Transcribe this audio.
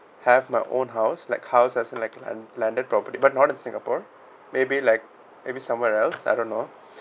have my own house like house as like land~ landed property but not in singapore maybe like maybe somewhere else I don't know